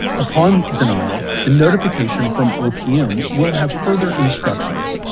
upon denial, the notification from opm will have further instructions.